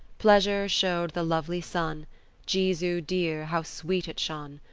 pleasure showed the lovely sun jesu dear, how sweet it shone!